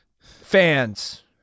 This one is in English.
fans